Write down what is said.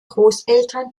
großeltern